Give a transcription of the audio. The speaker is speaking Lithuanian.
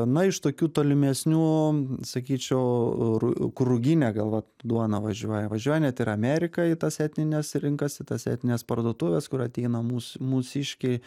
na iš tokių tolimesnių sakyčiau ru kur ruginė gal va duona važiuoja važiuoja net ir į ameriką į tas etnines rinkas į tas etnines parduotuves kur ateina mūs mūsiškiai